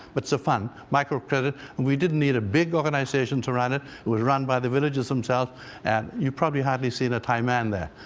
but it's a fund microcredit. we didn't need a big organization to run it. who was run by the villages themselves and you probably hardly see and a thai man there.